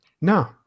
No